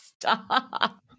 Stop